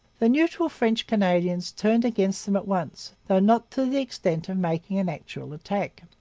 the neutral french canadians turned against them at once though not to the extent of making an actual attack.